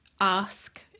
ask